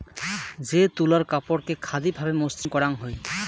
যে তুলার কাপড়কে খাদি ভাবে মসৃণ করাং হই